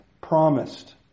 promised